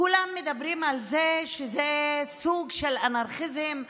כולם מדברים על זה שזה סוג של אנרכיזם,